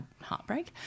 heartbreak